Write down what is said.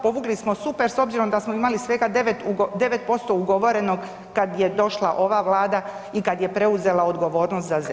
Povukli smo super s obzirom da smo imali svega 9, 9% ugovorenog kad je došla ova vlada i kad je preuzela odgovornost za